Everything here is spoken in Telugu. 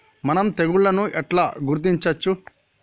మనం తెగుళ్లను ఎట్లా గుర్తించచ్చు?